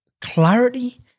clarity